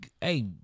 Hey